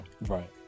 right